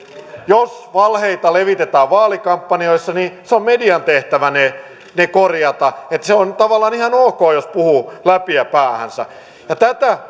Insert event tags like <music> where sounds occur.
jos valheita levitetään vaalikampanjoissa niin se on median tehtävä ne korjata että se on tavallaan ihan ok jos puhuu läpiä päähänsä tätä <unintelligible>